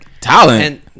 Talent